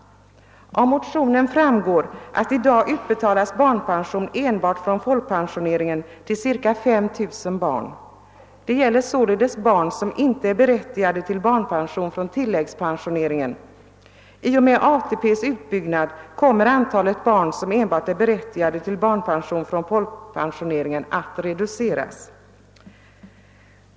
Av motionen framgår att barnpension i dag utbetalas enbart från folkpensioneringen till cirka 5 000 barn. Det gäller således barn som inte är berättigade till barnpension från tilläggspensioneringen. I och med ATP:s utbyggnad kommer antalet barn som enbart är berättigade till barnpension från folkpensioneringen att reduceras.